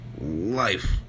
Life